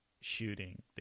shooting